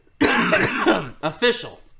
official